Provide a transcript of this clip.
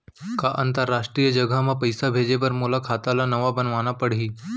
का अंतरराष्ट्रीय जगह म पइसा भेजे बर मोला खाता ल नवा बनवाना पड़ही?